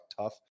tough